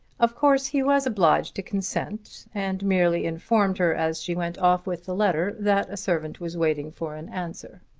of course he was obliged to consent, and merely informed her as she went off with the letter that a servant was waiting for an answer.